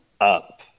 up